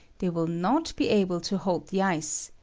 they will not be able to hold the ice,